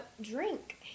drink